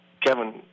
Kevin